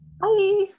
Bye